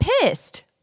pissed